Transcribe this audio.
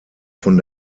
von